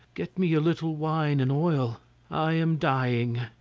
get me a little wine and oil i am dying.